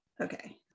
okay